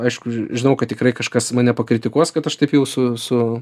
aišku žinau kad tikrai kažkas mane pakritikuos kad aš taip jau su su